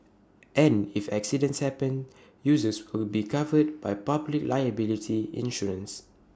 and if accidents happen users will be covered by public liability insurance